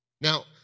Now